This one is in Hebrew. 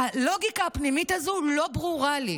הלוגיקה הפנימית הזו לא ברורה לי.